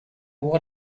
what